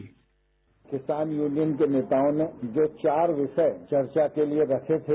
sound bite किसान union के नेताओं ने जो चार विषय चर्चा के लिए रखे थे